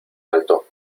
alto